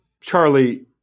Charlie